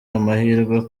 amahirwe